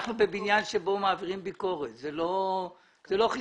אנחנו בבניין שבו מעבירים ביקורת, זה לא חיסרון,